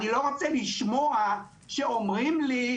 אני לא רוצה לשמוע שאומרים לי: